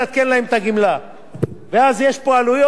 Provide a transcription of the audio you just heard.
ואז יש פה עלויות, ואמרו, ואללה, עד שלא נגמור,